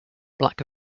black